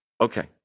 okay